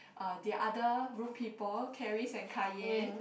the other room people Caries and Kai-Yen